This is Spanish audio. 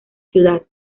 ciudad